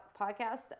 Podcast